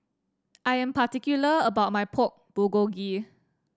I am particular about my Pork Bulgogi